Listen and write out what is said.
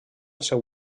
seu